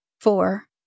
four